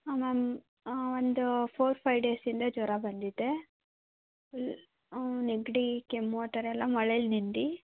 ಹಾಂ ಮ್ಯಾಮ್ ಒಂದು four five ಡೇಸಿಂದ ಜ್ವರ ಬಂದಿದೆ ನೆಗಡಿ ಕೆಮ್ಮು ಆ ಥರ ಎಲ್ಲ ಮಳೆಲಿ ನೆಂದು